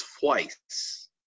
twice